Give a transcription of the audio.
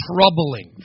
troubling